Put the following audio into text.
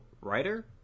writer